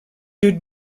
would